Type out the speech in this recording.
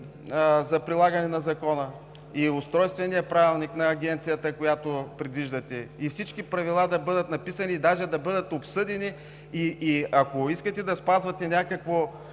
за прилагане на Закона, и Устройственият правилник на Агенцията, която предвиждате, и всички правила да бъдат написани и даже да бъдат обсъдени. И ако искате да спазвате някаква